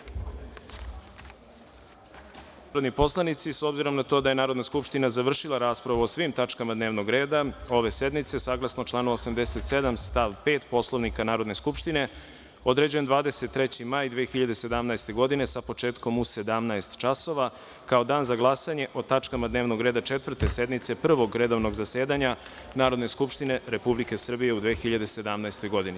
Poštovani narodni poslanici, obzirom na to da je Narodna skupština završila raspravu o svim tačkama dnevnog reda ove sednice, saglasno članu 87. stav 5. Poslovnika Narodne skupštine, određujem 23. maj 2017. godine, sa početkom u 17,00 časova, kao dan za glasanje o tačkama dnevnog reda Četvrte sednice Prvog redovnog zasedanja Narodne skupštine Republike Srbije u 2017. godini.